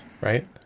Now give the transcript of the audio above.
Right